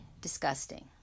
disgusting